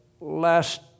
last